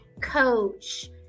coach